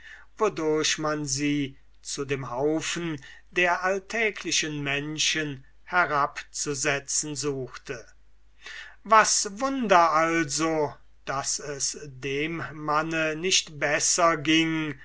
wodurch man sie zu dem großen haufen der alltäglichen menschen herabzusetzen suchte was wunder also daß es dem manne nicht besser erging